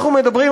אנחנו מדברים,